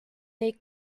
they